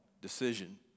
decision